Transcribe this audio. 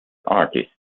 artists